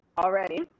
already